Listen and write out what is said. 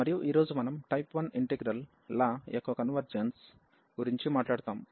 మరియు ఈ రోజు మనం టైప్ 1 ఇంటిగ్రల్ ల యొక్క కన్వర్జెన్స్ గురించి మాట్లాడుతాము